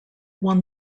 won